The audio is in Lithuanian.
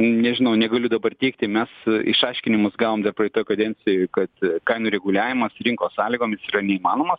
nežinau negaliu dabar teigti mes išaiškinimus gavom dar praeitoj kadencijoj kad kainų reguliavimas rinkos sąlygomis yra neįmanomas